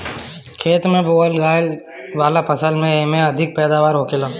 खेत में बोअल आए वाला फसल से एमे अधिक पैदावार होखेला